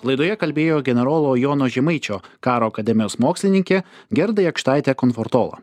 laidoje kalbėjo generolo jono žemaičio karo akademijos mokslininkė gerda jakštaitė komfortola